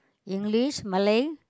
English Malay